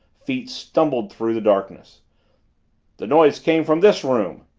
feet stumbled through the darkness the noise came from this room!